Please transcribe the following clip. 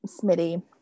smitty